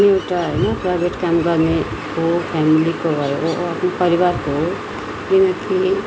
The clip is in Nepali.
एउटा होइन प्राइभेट काम गर्नेको फ्यामिलीको आफ्नो परिवारको केही न केही